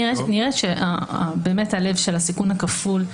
נראה שבאמת הלב של הסיכון הכפול,